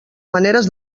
maneres